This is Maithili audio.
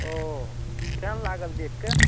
ओऽ केहन लागल देखि कऽ